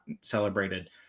celebrated